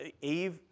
Eve